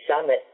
summit